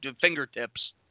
fingertips